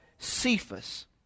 cephas